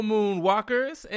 Moonwalkers